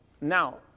now